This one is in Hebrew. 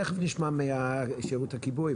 תכף נשמע משירות הכיבוי,